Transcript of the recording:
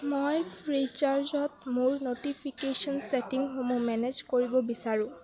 মই ফ্ৰীচাৰ্জত মোৰ ন'টিফিকেশ্যন ছেটিংসমূহ মেনেজ কৰিব বিচাৰো